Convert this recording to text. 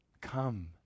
Come